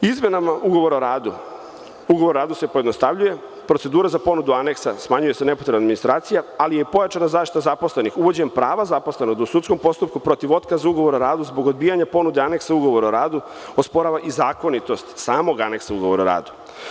Izmenama ugovora o radu - ugovor o radu se pojednostavljuje, procedura za ponudu aneksa, smanjuje se nepotrebna administracija, ali je pojačana zaštita zaposlenih uvođenjem prava zaposlenog da u sudskom postupku protiv otkaza ugovora o radu zbog odbijanja ponude aneksa ugovora o radu, osporava i zakonitost samog aneksa ugovora o radu.